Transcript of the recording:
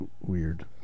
Weird